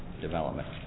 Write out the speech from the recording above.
development